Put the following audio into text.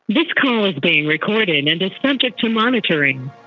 this call is being recorded and and is subject to monitoring.